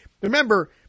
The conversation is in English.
remember